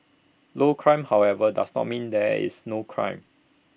low crime however does not mean that there is no crime